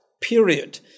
period